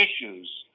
issues